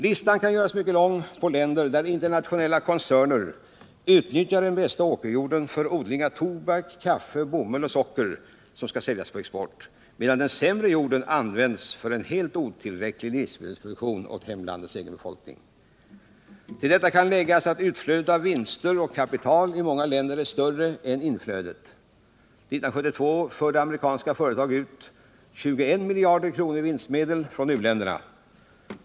Listan kan göras mycket lång på länder där internationella koncerner utnyttjar den bästa åkerjorden för odling av tobak, kaffe, bomull och socker som skall säljas på export, medan den sämre jorden används för en helt otillräcklig livsmedelsproduktion åt landets egen befolkning. Till detta kan läggas att utflödet av vinster och kapital i många länder är större än inflödet. 1972 förde amerikanska företag ut 21 miljarder kronor i vinstmedel från u-länderna.